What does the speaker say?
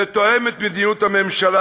זה תואם את מדיניות הממשלה,